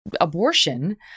abortion